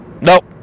Nope